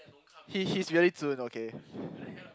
he he's really 尊 okay